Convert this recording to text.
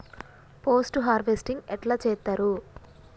Post harvesting ఎట్ల చేత్తరు?